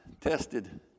tested